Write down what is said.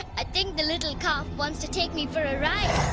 ah think the little calf wants to take me for a ride.